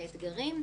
לאתגרים,